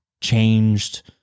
changed